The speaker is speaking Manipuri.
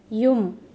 ꯌꯨꯝ